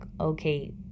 okay